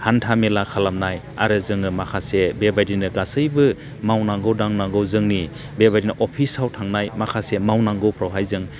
हान्थामेला खालामनाय आरो जोङो माखासे बेबायदिनो गासैबो मावनांगौ दांनांगौ जोंनि बेबायदिनो अफिसाव थांनाय माखासे मावनांगौफ्रावहाय जों